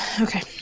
Okay